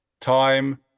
time